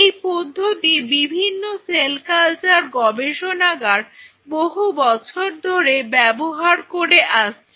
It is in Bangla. এই পদ্ধতি বিভিন্ন সেল কালচার গবেষণাগার বহু বছর ধরে ব্যবহার করে আসছে